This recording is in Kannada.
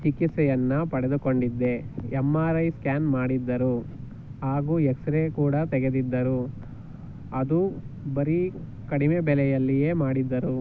ಚಿಕಿತ್ಸೆಯನ್ನ ಪಡೆದುಕೊಂಡಿದ್ದೆ ಯಮ್ ಆರ್ ಐ ಸ್ಕ್ಯಾನ್ ಮಾಡಿದ್ದರು ಹಾಗೂ ಎಕ್ಸ್ರೇ ಕೂಡ ತೆಗೆದಿದ್ದರು ಅದೂ ಬರೀ ಕಡಿಮೆ ಬೆಲೆಯಲ್ಲಿಯೇ ಮಾಡಿದ್ದರು